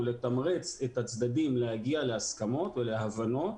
לתמרץ את הצדדים להגיע להסכמות ולהבנות,